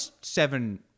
seven